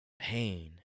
pain